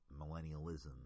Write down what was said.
millennialism